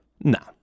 nah